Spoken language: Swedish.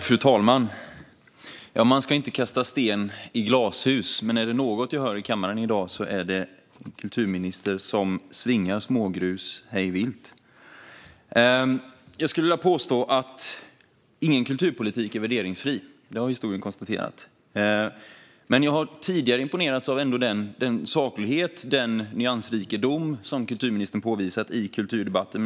Fru talman! Man ska inte kasta sten i glashus. Men är det något jag hör i kammaren i dag är det en kulturminister som slänger smågrus hej vilt. Jag skulle vilja påstå att ingen kulturpolitik är värderingsfri. Det har konstaterats genom historien. Jag har tidigare ändå imponerats av den saklighet och den nyansrikedom som kulturministern har uppvisat i kulturdebatter.